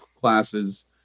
classes